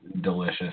delicious